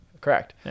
Correct